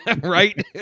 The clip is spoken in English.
right